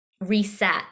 reset